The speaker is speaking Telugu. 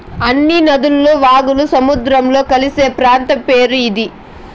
అన్ని నదులు వాగులు సముద్రంలో కలిసే ప్రాంతం పేరు ఇది